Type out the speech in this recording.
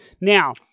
Now